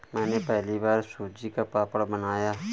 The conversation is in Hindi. मैंने पहली बार सूजी का पापड़ बनाया